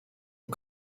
und